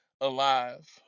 alive